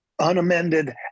unamended